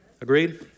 Agreed